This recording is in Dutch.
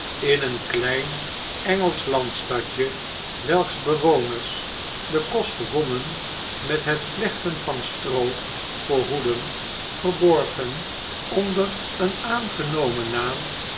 in een klein engelsch landstadje welks bewoners den kost wonnen met het vlechten van stroo voor hoeden verborgen onder een aangenomen naam